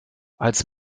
als